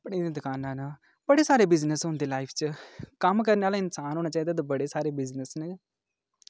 कपड़े दी दकानां न बड़े सारे बिज़नेस होंदे लाइफ च कम्म करने आह्ला इन्सान होना चाहिदा ते बड़े सारे बिज़नेस न